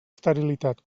esterilitat